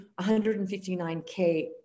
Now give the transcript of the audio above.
159k